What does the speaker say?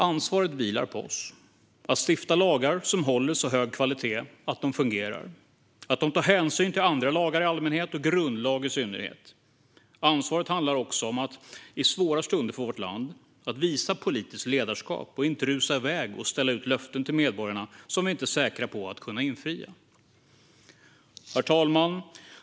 Ansvaret vilar på oss att stifta lagar som håller så hög kvalitet att de fungerar och att de tar hänsyn till andra lagar i allmänhet och grundlag i synnerhet. Ansvaret handlar också om att även i svåra stunder för vårt land visa politiskt ledarskap och inte rusa iväg och ställa ut löften till medborgarna som vi inte är säkra på att kunna infria. Herr talman!